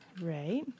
right